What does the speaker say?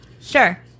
Sure